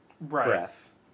breath